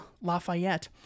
Lafayette